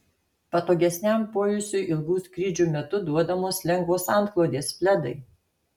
patogesniam poilsiui ilgų skrydžių metu duodamos lengvos antklodės pledai